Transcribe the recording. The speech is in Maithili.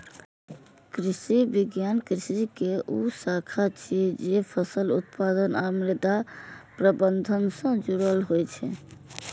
कृषि विज्ञान कृषि के ऊ शाखा छियै, जे फसल उत्पादन आ मृदा प्रबंधन सं जुड़ल होइ छै